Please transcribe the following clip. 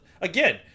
again